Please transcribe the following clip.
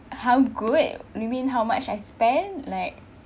how good you mean how much I spend like